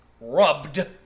rubbed